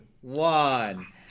one